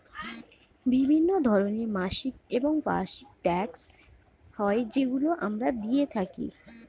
বিভিন্ন ধরনের মাসিক এবং বার্ষিক ট্যাক্স হয় যেগুলো আমরা দিয়ে থাকি